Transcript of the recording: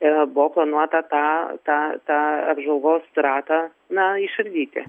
ir buvo planuota tą tą tą apžvalgos ratą na išardyti